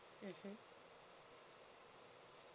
mmhmm